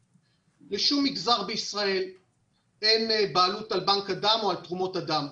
בשום מגזר בישראל אין בעלות על בנק הדם או על תרומות הדם.